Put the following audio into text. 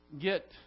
get